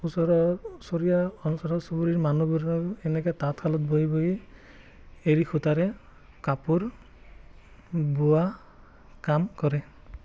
ওচৰৰ ওচৰীয়া অঞ্চলৰ চুবুৰীৰ মানুহবোৰে এনেকৈ তাঁতশালত বহি বহি এৰী সূতাৰে কাপোৰ বোৱা কাম কৰে